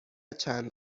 چند